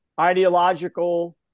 ideological